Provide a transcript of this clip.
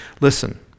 listen